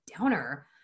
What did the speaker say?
downer